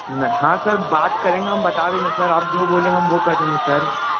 न हाँ सर बात करेंगे हम बता देंगे सर आप जो बोलेंगे हम वो कर देंगे सर